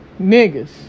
Niggas